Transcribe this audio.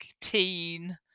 teen